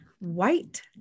White